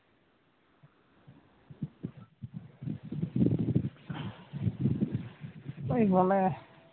ᱳᱭ ᱵᱚᱞᱮ